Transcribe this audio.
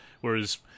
whereas